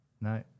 No